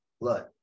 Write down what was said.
blood